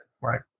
Right